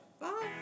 Bye